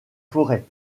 forêts